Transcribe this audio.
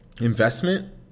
investment